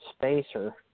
spacer